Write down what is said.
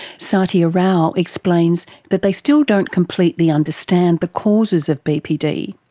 sathya rao explains that they still don't completely understand the causes of bpd,